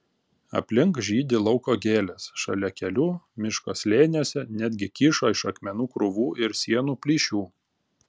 aplink žydi lauko gėlės šalia kelių miško slėniuose netgi kyšo iš akmenų krūvų ir sienų plyšių